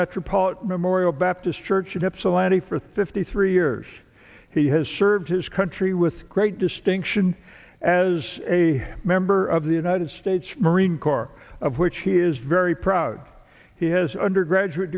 metropolitan memorial baptist church and it's a land he for thirty three years he has served his country with great distinction as a member of the united states marine corps of which he is very proud he has undergraduate